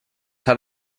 hat